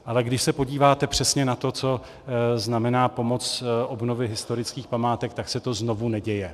Ale když se podíváte přesně na to, co znamená pomoc obnově historických památek, tak se to znovu neděje.